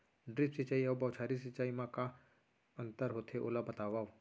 Drip सिंचाई अऊ बौछारी सिंचाई मा का अंतर होथे, ओला बतावव?